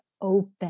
open